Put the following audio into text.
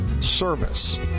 service